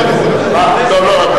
שמית, טוב.